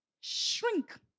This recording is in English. Shrink